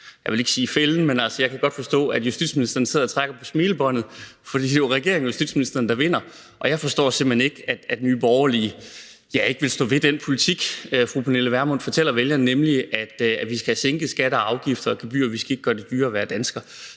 jeg vil ikke sige fælden, men jeg kan godt forstå, at justitsministeren sidder og trækker på smilebåndet, for det er jo regeringen og justitsministeren, der vinder. Jeg forstår simpelt hen ikke, at Nye Borgerlige ikke vil stå ved den politik, fru Pernille Vermund fortæller om til vælgerne, nemlig at vi skal have sænket skatter, afgifter og gebyrer, og at vi ikke skal gøre det dyrere at være dansker.